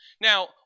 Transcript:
Now